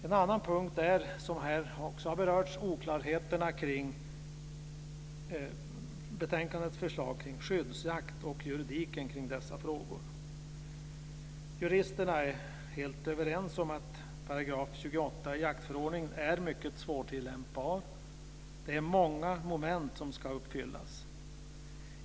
En annan punkt är, som här också har berörts, oklarheterna kring betänkandets förslag om skyddsjakt och juridiken kring dessa frågor. Juristerna är helt överens om att § 28 i jaktförordningen är mycket svårtillämpad. Det är många moment som ska uppfyllas.